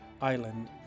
island